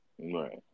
Right